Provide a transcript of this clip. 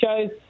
shows